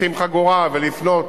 לשים חגורה ולפנות,